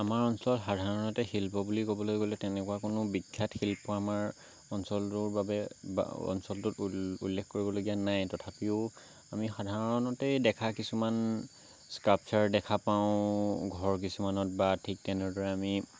আমাৰ অঞ্চল সাধাৰণতে শিল্প বুলি ক'বলৈ গ'লে তেনেকুৱা কোনো বিখ্যাত শিল্প আমাৰ অঞ্চলটোৰ বাবে বা অঞ্চলটোত উল্লেখ কৰিবলগীয়া নাই তথাপিও আমি সাধাৰণতেই দেখা কিছুমান ষ্ট্ৰাকচাৰ দেখা পাওঁ ঘৰ কিছুমানত বা ঠিক তেনেদৰে আমি